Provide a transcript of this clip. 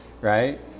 right